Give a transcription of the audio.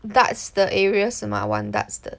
guards the area 是吗 one guards 的